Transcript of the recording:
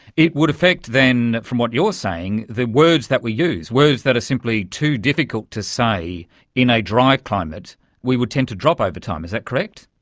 it would affect then, from what you're saying, the words that we use, words that are simply too difficult to say in a dry climate we would tend to drop over time, is that correct?